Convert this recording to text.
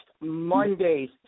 Monday's